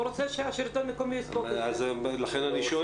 הוא רוצה שהשלטון המקומי --- לכן אני שואל.